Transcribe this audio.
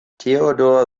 theodor